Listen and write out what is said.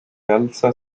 alza